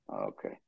Okay